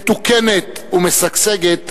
מתוקנת ומשגשגת,